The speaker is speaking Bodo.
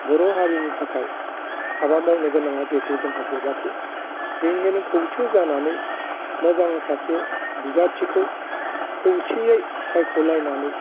बर' हारिनि थाखाय हाबा मावनो गोनाङा जेहैथु जोंहा जोबाखै बेनिखायनो खौसे जानानै मोजां सासे बिजाथिखौ खौसेयै सायख' लायनानै